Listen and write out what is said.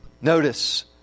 Notice